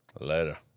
Later